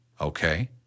Okay